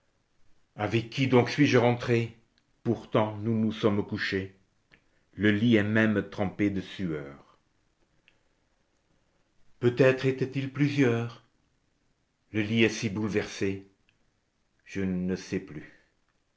avec qui donc suis-je rentrée pourtant nous nous sommes couchés le lit est même trempé de sueur peut-être étaient-ils plusieurs le lit est si bouleversé je ne sais plus